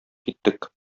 киттек